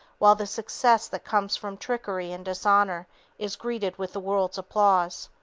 while the success that comes from trickery and dishonor is greeted with the world's applause?